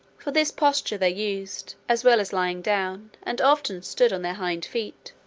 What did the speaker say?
for this posture they used, as well as lying down, and often stood on their hind feet.